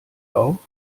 auch